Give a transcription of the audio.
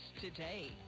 today